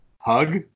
hug